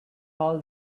all